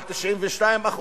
על 92%,